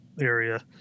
area